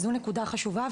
זו נקודה חשובה.